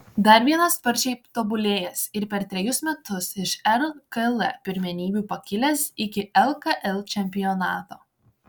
dar vienas sparčiai tobulėjęs ir per trejus metus iš rkl pirmenybių pakilęs iki lkl čempionato